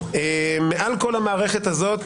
מעל כל המערכת הזאת,